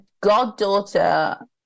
goddaughter